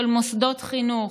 של מוסדות חינוך,